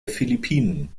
philippinen